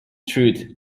truth